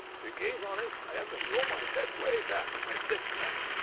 to gaze on it, i have to throw my head way back on my thick neck.